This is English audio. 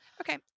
Okay